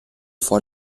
vor